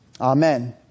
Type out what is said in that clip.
Amen